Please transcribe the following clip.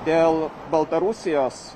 dėl baltarusijos